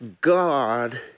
God